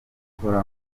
gukora